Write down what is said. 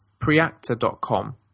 preactor.com